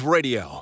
Radio